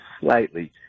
slightly